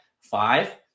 five